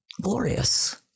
glorious